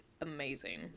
amazing